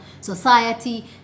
society